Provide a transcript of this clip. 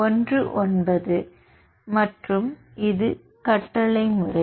19 மற்றும் இது கட்டளை முறை